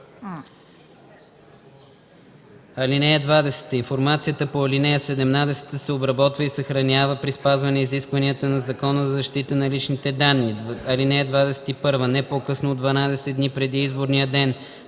и 29. (20) Информацията по ал. 17 се обработва и съхранява при спазване изискванията на Закона за защита на личните данни. (21) Не по-късно от 12 дни преди изборния ден